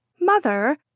Mother